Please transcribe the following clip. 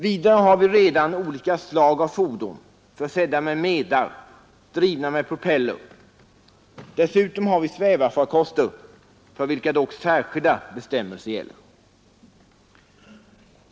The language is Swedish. Vidare har vi redan olika slag av fordon försedda med medar och drivna med propeller. Dessutom har vi svävarfarkoster för vilka dock särskilda bestämmelser gäller.